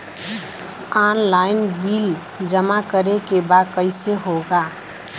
Online bill जमा करे के बा कईसे होगा?